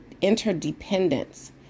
interdependence